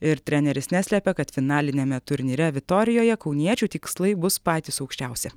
ir treneris neslepia kad finaliniame turnyre vitorijoje kauniečių tikslai bus patys aukščiausi